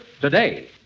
today